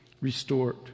Restored